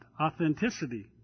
authenticity